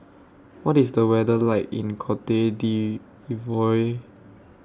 What IS The weather like in Cote D'Ivoire